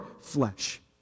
flesh